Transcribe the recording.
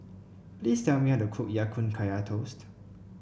please tell me how to cook Ya Kun Kaya Toast